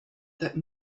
that